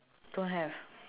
don't have